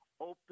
open